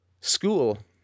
school